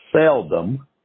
Seldom